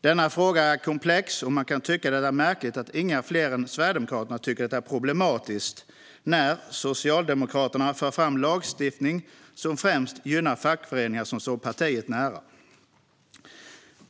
Denna fråga är komplex, och man kan tycka att det är märkligt att ingen annan än Sverigedemokraterna tycker att det är problematiskt när Socialdemokraterna för fram lagstiftning som främst gynnar fackföreningar som står partiet nära.